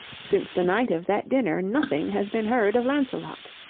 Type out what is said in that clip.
since the night of that dinner nothing has been heard of lancelot.